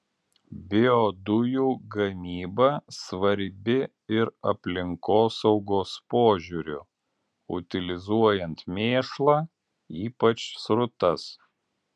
biodujų gamyba svarbi ir aplinkosaugos požiūriu utilizuojant mėšlą ypač srutas